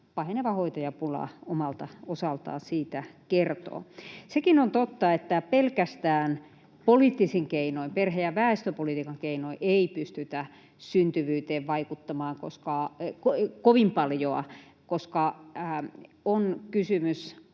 paheneva hoitajapula omalta osaltaan siitä kertoo. Sekin on totta, että pelkästään poliittisin keinoin, perhe- ja väestöpolitiikan keinoin, ei pystytä syntyvyyteen vaikuttamaan kovin paljoa, koska on kysymys